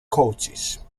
coaches